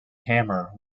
hammer